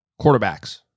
quarterbacks